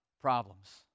problems